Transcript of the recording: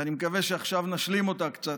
ואני מקווה שעכשיו נשלים אותה קצת.